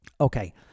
Okay